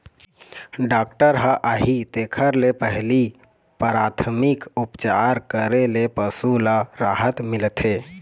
doctor ह आही तेखर ले पहिली पराथमिक उपचार करे ले पशु ल राहत मिलथे